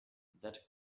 that